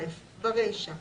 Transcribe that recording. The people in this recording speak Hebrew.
(א)ברישה,